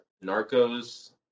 Narco's